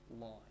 line